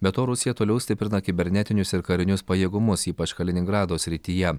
be to rusija toliau stiprina kibernetinius ir karinius pajėgumus ypač kaliningrado srityje